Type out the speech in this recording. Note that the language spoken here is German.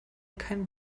kein